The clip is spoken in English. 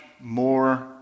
more